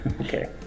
Okay